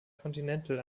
continental